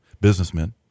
businessmen